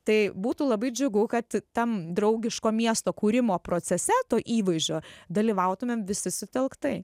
tai būtų labai džiugu kad tam draugiško miesto kūrimo procese to įvaizdžio dalyvautumėm visi sutelktai